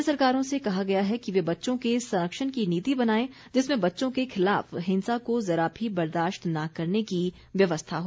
राज्य सरकारों से कहा गया है कि वे बच्चों के संरक्षण की नीति बनायें जिसमें बच्चों के खिलाफ हिंसा को जरा भी बर्दाश्त न करने की व्यवस्था हो